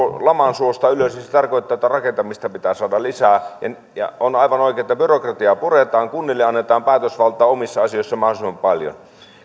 laman suosta ylös niin se tarkoittaa että rakentamista pitää saada lisää on aivan oikein että byrokratiaa puretaan ja kunnille annetaan päätösvaltaa omissa asioissaan mahdollisimman paljon